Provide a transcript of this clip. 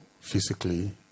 physically